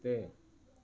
पुठिते